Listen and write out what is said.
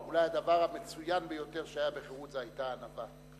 אולי הדבר המצוין ביותר שהיה בחרות היה הענווה.